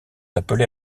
appelés